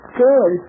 good